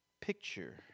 picture